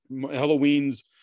Halloween's